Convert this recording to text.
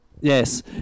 Yes